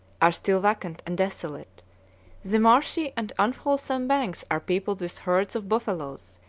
are still vacant and desolate the marshy and unwholesome banks are peopled with herds of buffaloes,